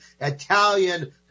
Italian